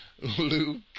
Luke